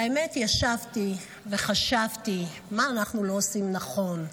והאמת היא שישבתי וחשבתי מה אנחנו לא עושים נכון,